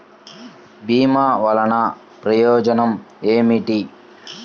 భీమ వల్లన ప్రయోజనం ఏమిటి?